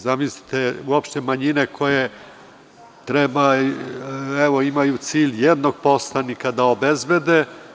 Zamislite uopšte manjine koje imaju za cilj jednog poslanika da obezbede.